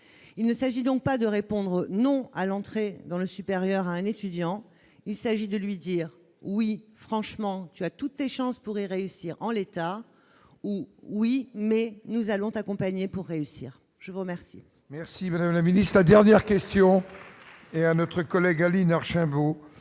il ne s'agit donc pas de répondre non à l'entrée dans le supérieur à un étudiant, il s'agit de lui dire oui, franchement tu as tous tes chances pourrait réussir en l'état ou oui, mais nous allons t'accompagner pour réussir, je vous remercie. Merci madame la Ministre, la dernière question et à notre collègue Aline Archimbaud,